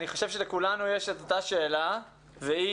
אני חושב שלכולנו יש את אותה שאלה, והיא: